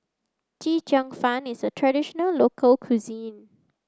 Chee cheong fun is a traditional local cuisine